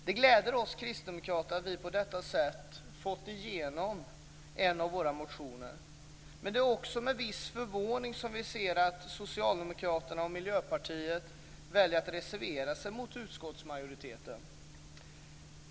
Det gläder oss kristdemokrater att vi på detta sätt fått igenom en av våra motioner. Men det är också med viss förvåning som vi ser att Socialdemokraterna och Miljöpartiet väljer att reservera sig mot utskottsmajoriteten.